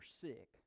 sick